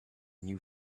new